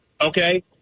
Okay